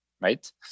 right